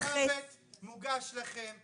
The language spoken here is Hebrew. יש פה גזר דין מוות מוגש לכם.